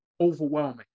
overwhelming